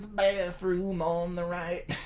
best room on the rye